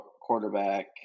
quarterback